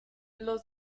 los